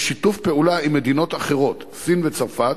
בשיתוף פעולה עם מדינות אחרות, סין וצרפת,